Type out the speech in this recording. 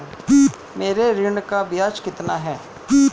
मेरे ऋण का ब्याज कितना है?